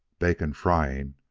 bacon frying,